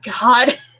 God